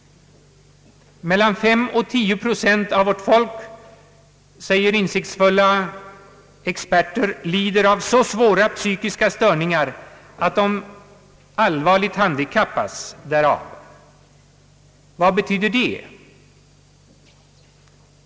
Mellan 5 och 10 procent av vårt folk, säger insiktsfulla experter, lider av så svåra psykiska störningar att de allvarligt handikappas därav. Vad betyder det?